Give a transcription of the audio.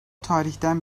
tarihten